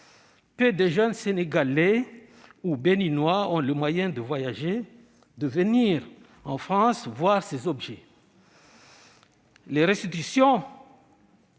Peu de jeunes Sénégalais ou Béninois ont les moyens de voyager, de venir en France pour voir ces objets. Les restitutions-